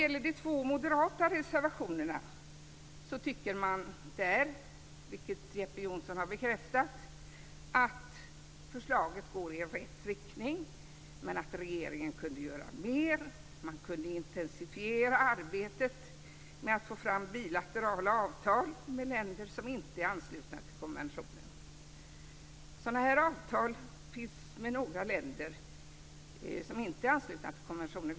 I de två moderata reservationerna tycker man, vilket Jeppe Johnsson har bekräftat, att förslaget går i rätt riktning men att regeringen kunde göra mer - man kunde intensifiera arbetet med att få fram bilaterala avtal med länder som inte är anslutna till konventionen. Sådana här avtal finns det med några länder som inte är anslutna till konventionen.